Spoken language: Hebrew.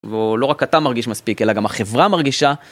ולא רק אתה מרגיש מספיק, אלא גם החברה מרגישה.